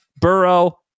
Burrow